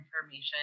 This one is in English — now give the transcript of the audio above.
information